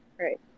right